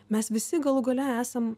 mes visi galų gale esam